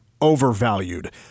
overvalued